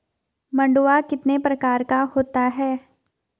मंडुआ कितने प्रकार का होता है?